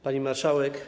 Pani Marszałek!